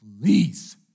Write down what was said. please